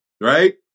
right